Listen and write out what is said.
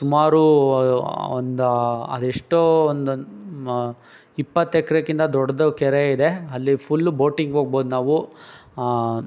ಸುಮಾರು ಒಂದು ಅದೆಷ್ಟೋ ಒಂದು ಇಪ್ಪತ್ತು ಎಕ್ರೆಗಿಂತ ದೊಡ್ಡದು ಕೆರೆ ಇದೆ ಅಲ್ಲಿ ಫುಲ್ಲು ಬೋಟಿಂಗ್ ಹೋಗ್ಬೋದ್ ನಾವು